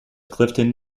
clifton